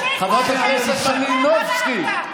חברת הכנסת מלינובסקי.